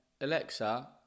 Alexa